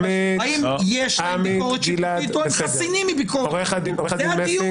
האם יש ביקורת שיפוטית או הם חסינים מביקורת שיפוטית.